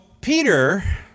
Peter